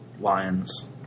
Lions